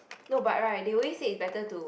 no but right they always say is better to